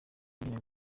imbere